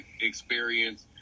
experience